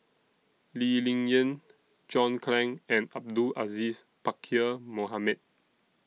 Lee Ling Yen John Clang and Abdul Aziz Pakkeer Mohamed